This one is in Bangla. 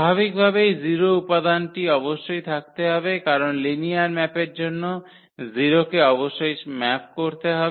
স্বাভাবিকভাবেই 0 উপাদানটি অবশ্যই থাকতে হবে কারণ লিনিয়ার ম্যাপের জন্য 0 কে অবশ্যই ম্যাপ করতে হবে